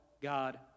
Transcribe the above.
God